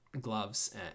gloves